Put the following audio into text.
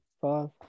five